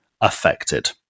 affected